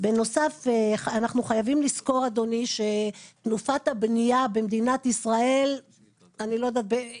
בנוסף אנחנו חייבים לזכור אדוני שתנופת הבנייה במדינת ישראל נהייתה